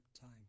time